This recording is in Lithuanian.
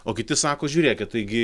o kiti sako žiūrėkit taigi